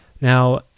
Now